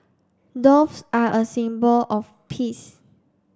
doves are a symbol of peace